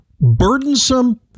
burdensome